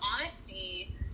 honesty